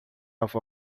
avó